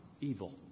evil